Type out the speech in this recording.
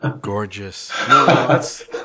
Gorgeous